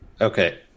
Okay